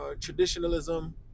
traditionalism